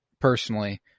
personally